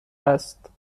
است